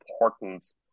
importance